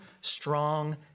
strong